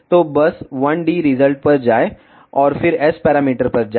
तो बस 1D result पर जाएं और फिर S पैरामीटर पर जाएं